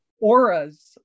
auras